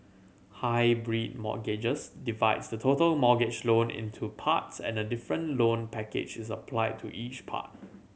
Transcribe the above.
hybrid mortgages divides the total mortgage loan into parts and a different loan package is applied to each part